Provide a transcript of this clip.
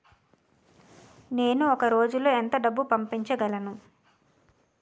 నేను ఒక రోజులో ఎంత డబ్బు పంపించగలను?